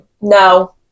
No